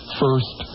first